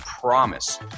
promise